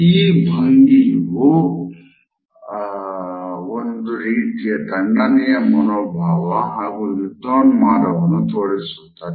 ಈ ಭಂಗಿಯು ಒಂದು ರೀತಿಯ ತಣ್ಣನೆಯ ಮನೋಬಾವ ಹಾಗು ಯುದ್ಧೋನ್ಮಾದವನ್ನು ತೋರಿಸುತ್ತದೆ